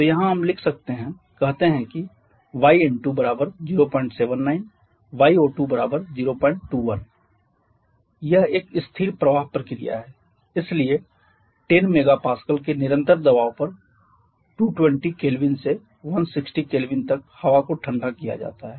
तो यहाँ हम लिख सकते हैं कहते हैं की yN2 079 yO2 021 यह एक स्थिर प्रवाह प्रक्रिया है इसलिए 10 MPa के निरंतर दबाव पर 220 K से 160 K तक हवा को ठंडा किया जाता है